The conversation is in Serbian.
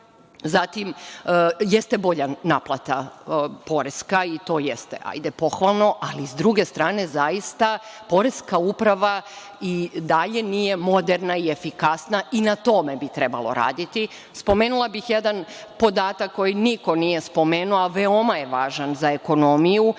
odvija. Jeste bolja naplata poreska i to jeste pohvalno, ali s druge strane, zaista Poreska uprava i dalje nije moderna i efikasna i na tome bi trebalo raditi. Spomenula bih jedan podatak koji niko nije spomenuo, a veoma je važan za ekonomiju,